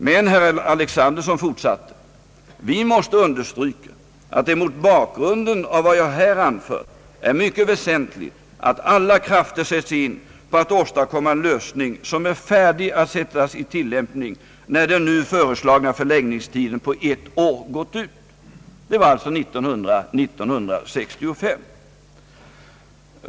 Men herr Alexanderson fortsatte: »Vi måste understryka att det mot bakgrunden av vad jag här anfört är mycket väsentligt att alla krafter sätts in för att åstadkomma en lösning som är färdig att sättas i tillämpning när den nu föreslagna förlängningstiden på ett år gått ut.» Det var alltså år 1965.